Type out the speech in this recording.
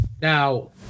Now